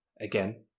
again